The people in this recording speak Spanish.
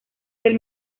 del